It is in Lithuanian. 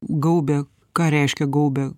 gaubia ką reiškia gaubia